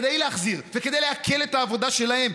כדי להחזיר וכדי להקל את העבודה שלהם,